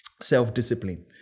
Self-discipline